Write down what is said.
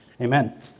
amen